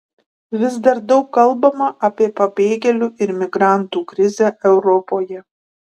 vis dar daug kalbama apie pabėgėlių ir migrantų krizę europoje